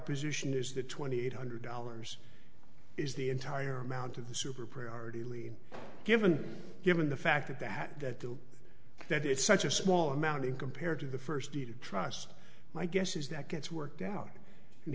position is that twenty eight hundred dollars is the entire amount of the super priority lead given given the fact that that the that it's such a small amount in compared to the first deed of trust my guess is that gets worked out and